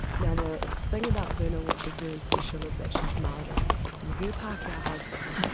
now the thing about verna which is very special is that she is maori and her pakeha husband,